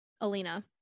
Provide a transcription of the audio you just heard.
Alina